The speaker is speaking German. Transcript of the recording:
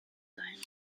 sein